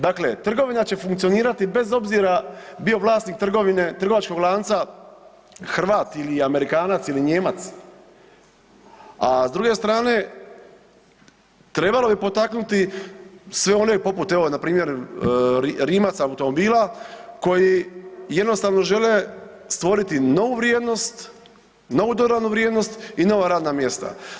Dakle, trgovina će funkcionirati bez obzira bio vlasnik trgovačkog lanca Hrvat ili Amerikanac ili Nijemac, a s druge strane trebalo bi potaknuti sve one poput evo npr. Rimac automobila koji jednostavno žele stvoriti novu vrijednost, novu dodanu vrijednost i nova radna mjesta.